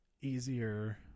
easier